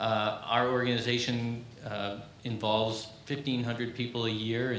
our organization involves fifteen hundred people a year in